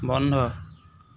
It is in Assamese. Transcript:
বন্ধ